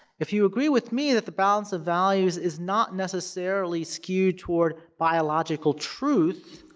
if you agree with me that the balance of values is not necessarily skewed toward biological truth,